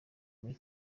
muri